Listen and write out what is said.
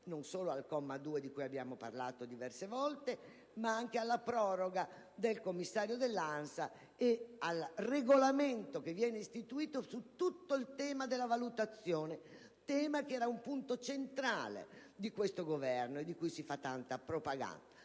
non solo al comma 2, di cui abbiamo parlato diverse volte, ma anche alla proroga del Commissario dell'ANSAS e al regolamento che viene istituito su tutto il tema della valutazione, tema che era un punto centrale di questo Governo e su cui si fa tanta propaganda.